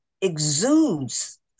exudes